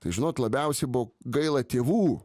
tai žinot labiausiai buvo gaila tėvų